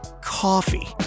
coffee